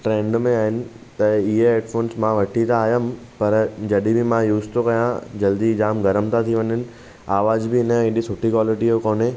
trend में आहिनि त इहे हेडफ़ोन्स मां वठी त आयुमि जॾहिं बि मां यूज़ थो करियां जल्दी जाम गरम था थी वञनि आवाज़ बि इनजी एॾी सुठी क्वालिटी जो कोन्हे